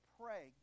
pray